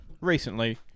Recently